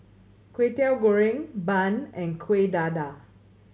Kway Teow Goreng bun and Kueh Dadar